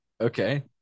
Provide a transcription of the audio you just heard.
okay